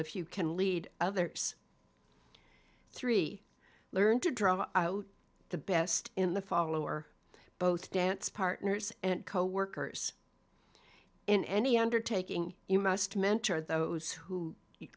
if you can lead others three learn to draw out the best in the follower both dance partners and coworkers in any undertaking you must mentor those who